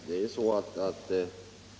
Herr talman!